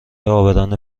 عابران